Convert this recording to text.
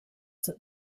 that